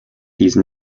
these